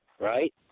right